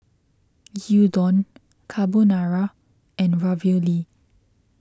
Gyudon Carbonara and Ravioli